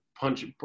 punch